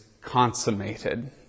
consummated